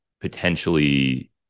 potentially